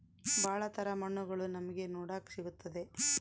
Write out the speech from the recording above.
ಭಾಳ ತರ ಮಣ್ಣುಗಳು ನಮ್ಗೆ ನೋಡಕ್ ಸಿಗುತ್ತದೆ